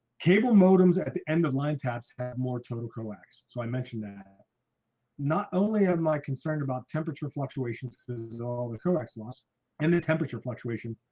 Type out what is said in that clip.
cable modems at the end of line taps have more toluca lacks, so i mentioned that not only am i concerned about temperature fluctuations because all the coax loss and the temperature fluctuation,